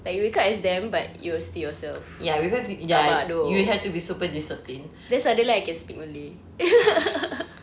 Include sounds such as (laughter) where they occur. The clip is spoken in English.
like you wake up as them but you're still yourself rabak though then suddenly I can speak malay (laughs)